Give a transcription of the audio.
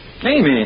Amy